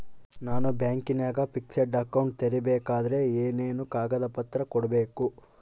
ನಾನು ಬ್ಯಾಂಕಿನಾಗ fixed account ತೆರಿಬೇಕಾದರೆ ಏನೇನು ಕಾಗದ ಪತ್ರ ಕೊಡ್ಬೇಕು?